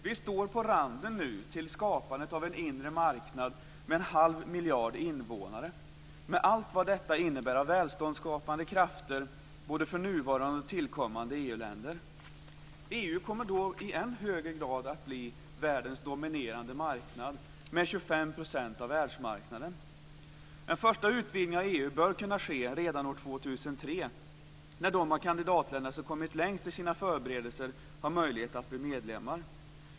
Vi står nu på randen till skapandet av en inre marknad med en halv miljard invånare med allt vad detta innebär av välståndsskapande krafter, för både nuvarande och tillkommande EU-länder. EU kommer då i än högre grad att bli världens dominerande marknad med 25 % av världsmarknaden. En första utvidgning av EU bör kunna ske redan år 2003 när de av kandidatländerna som kommit längst i sina förberedelser har möjlighet att bli medlemmar.